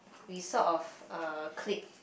we sort of uh click